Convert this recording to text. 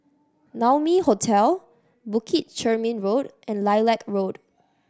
Naumi Hotel Bukit Chermin Road and Lilac Road